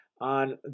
on